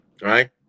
Right